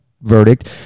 verdict